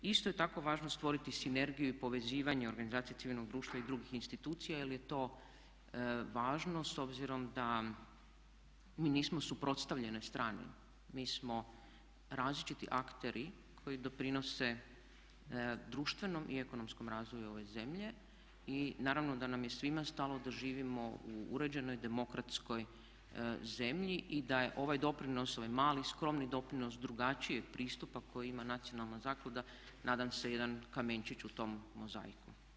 Isto je tako važno stvoriti sinergiju i povezivanje organizacija civilnog društva i drugih institucija jer je to važno s obzirom da mi nismo suprotstavljene strane, mi smo različiti akteri koji doprinose društvenom i ekonomskom razvoju ove zemlje i naravno da nam je svima stalo da živimo u uređenoj demokratskoj zemlji i da je ovaj doprinos, ovaj mali skromni doprinos drugačije pristupa koji ima nacionalna zaklada nadam se jedan kamenčić u tom mozaiku.